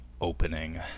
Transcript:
opening